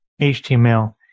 HTML